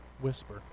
whisper